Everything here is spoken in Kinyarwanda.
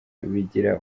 bigira